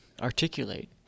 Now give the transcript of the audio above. articulate